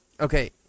Okay